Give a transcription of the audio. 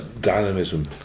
dynamism